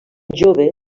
jove